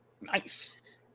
Nice